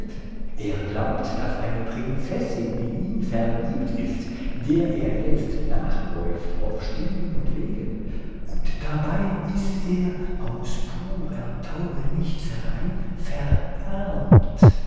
er glaubt daß eine prinzessin in ihn verliebt ist der er jetzt nachläuft auf stegen und wegen und dabei ist er aus purer taugenichtserei verarmt